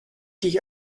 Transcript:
dich